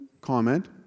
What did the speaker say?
comment